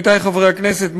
עמיתי חברי הכנסת,